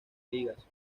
ligas